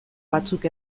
batzuk